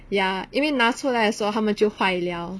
ya 因为拿出来的时候他们就坏了